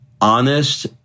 honest